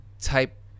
Type